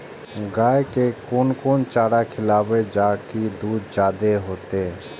गाय के कोन कोन चारा खिलाबे जा की दूध जादे होते?